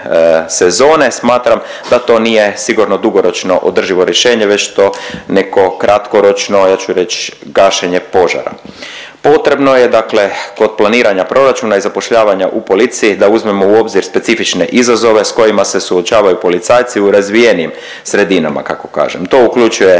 sezone smatram da to nije sigurno dugoročno održivo rješenje već to neko kratkoročno ja ću reći gašenje požara. Potrebno dakle kod proračuna i zapošljavanja u policiji da uzmemo u obzir specifične izazove s kojima se suočavaju policajci u razvijenim sredinama kako kažem. To uključuje